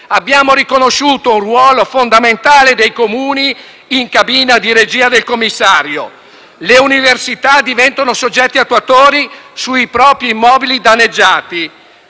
Abbiamo riconosciuto il ruolo fondamentale dei Comuni nella cabina di regia del commissario; le università diventano soggetti attuatori sui propri immobili danneggiati;